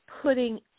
putting